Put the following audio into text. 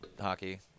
hockey